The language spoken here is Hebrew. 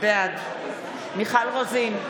בעד מיכל רוזין,